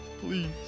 Please